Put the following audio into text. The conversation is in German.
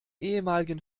ehemaligen